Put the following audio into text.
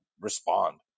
respond